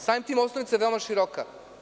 Samim tim, osnovica je veoma široka.